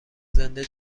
زنده